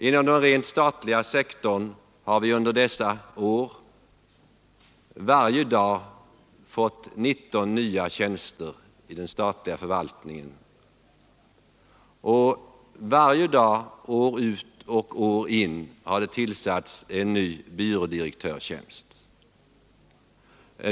Inom den rent statliga sektorn har vi under dessa år varje dag fått 19 nya tjänster i den statliga förvaltningen, och varje dag år ut och år in har det tillsatts en ny byrådirektörstjänst.